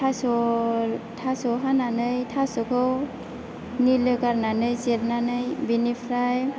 थास' थास' हानानै थास'खौ निलो गारनानै जिरनानै बिनिफ्राय